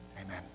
amen